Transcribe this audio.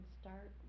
start